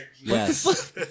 Yes